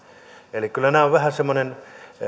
eli kyllä nämä ovat vähän semmoiset